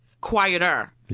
quieter